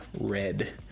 Red